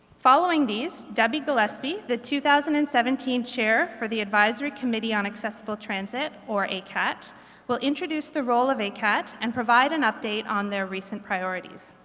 following these, debbie gillespie, the two thousand and seventeen chair for the advisory committee on accessible transit or acat will introduce the role of acat and provide an update on their recent priorities.